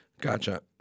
Gotcha